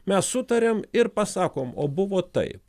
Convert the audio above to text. mes sutariam ir pasakom o buvo taip